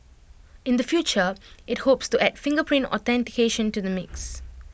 in the future IT hopes to add fingerprint authentication to the mix